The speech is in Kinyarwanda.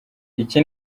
iki